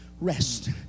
rest